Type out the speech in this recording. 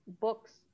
books